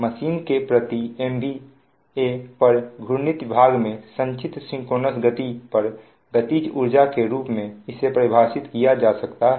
machine के प्रति MVA पर घूर्णनित भाग में संचित सिंक्रोनस गति पर गतिज ऊर्जा के रूप में इसे परिभाषित किया जाता है